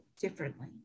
differently